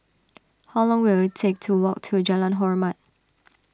how long will it take to walk to Jalan Hormat